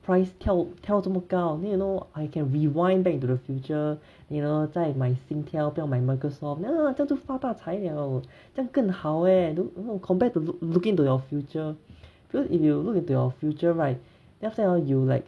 price 跳跳这么高 then you know I can rewind back into the future you know 再买 Singtel 不要买 Microsoft ya 这样就发大财了这样更好 leh compared to loo~ looking into your future because if you look into your future right then after that hor you like